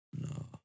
No